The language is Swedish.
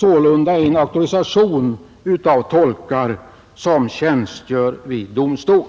sålunda en auktorisation av tolkar som <Nr62 tjänstgör vid domstol.